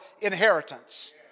inheritance